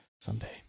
Someday